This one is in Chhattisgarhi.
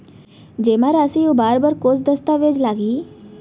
जेमा राशि उबार बर कोस दस्तावेज़ लागही?